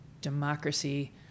democracy